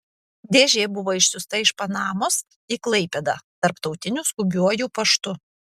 dėžė buvo išsiųsta iš panamos į klaipėdą tarptautiniu skubiuoju paštu